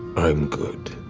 i'm good.